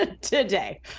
today